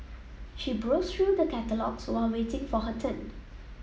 she browsed through the catalogues while waiting for her turn